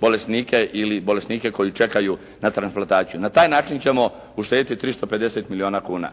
bolesnike ili bolesnike koji čekaju na transplantaciju. Na taj način ćemo uštediti 350 milijuna kuna.